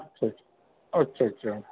اچھا اچھا اچھا